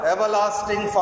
Everlasting